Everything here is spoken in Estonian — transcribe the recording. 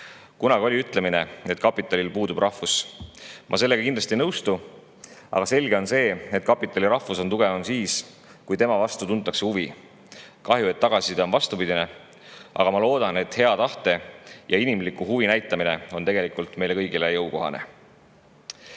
Kunagi oli ütlemine, et kapitalil puudub rahvus. Ma sellega kindlasti ei nõustu. Aga selge on see, et kapitali rahvus on tugevam siis, kui tema vastu tuntakse huvi. Kahju, et tagasiside on vastupidine. Aga ma loodan, et hea tahte ja inimliku huvi näitamine on meile kõigile jõukohane. Ja